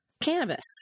cannabis